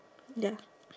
ya